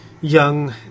young